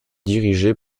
dirigée